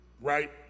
right